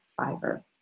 Fiverr